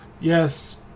Yes